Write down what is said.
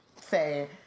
say